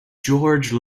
george